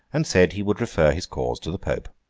and said he would refer his cause to the pope.